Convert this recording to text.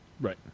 right